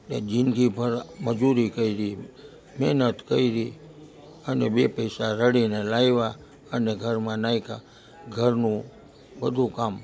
ને જિંદગીભર મજૂરી કરી મેહનત કરી અને બે પૈસા રળીને લાવ્યા અને ઘરમાં નાખ્યાં ઘરનું બધું કામ